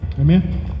Amen